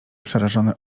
przerażone